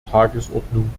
tagesordnung